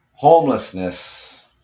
Homelessness